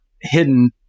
hidden